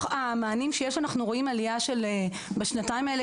המענים שיש אנחנו רואים עלייה בשנתיים האלה